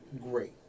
great